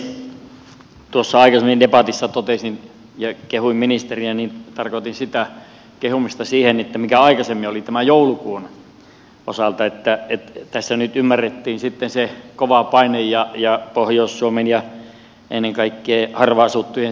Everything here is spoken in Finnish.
kun tuossa aikaisemmin debatissa kehuin ministeriä niin tarkoitin kehumista siihen verrattuna mikä aikaisemmin oli tämän joulukuun osalta että tässä nyt ymmärrettiin sitten se kova paine ja pohjois suomen ja ennen kaikkea harvaan asuttujen seutujen asema